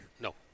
No